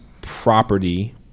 property